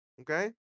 Okay